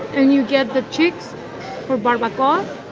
and you get the cheeks for barbacoa.